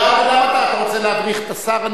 רוצה להדריך את השר?